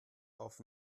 auf